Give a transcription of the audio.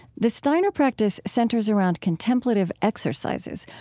the steiner practice centers around contemplative exercises,